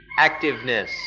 activeness